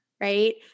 right